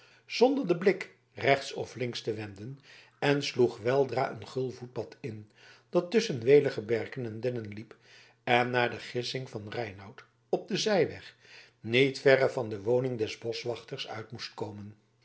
zonder den blik rechts of links te wenden en sloeg weldra een gul voetpad in dat tusschen welige berken en dennen liep en naar de gissing van reinout op den zijweg niet verre van de woning des boschwachters uit moest komen